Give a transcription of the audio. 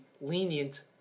lenient